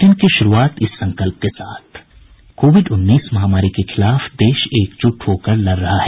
bulletin की शुरूआत इस संकल्प के साथ कोविड उन्नीस महामारी के खिलाफ देश एकजुट होकर लड़ रहा है